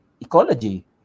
ecology